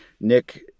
Nick